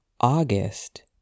August